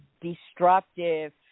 destructive